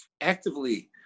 actively